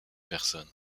personne